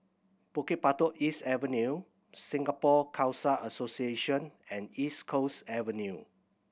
Bukit Batok East Avenue Singapore Khalsa Association and East Coast Avenue